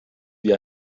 wie